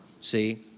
See